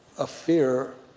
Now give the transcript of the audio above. a fear,